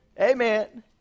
Amen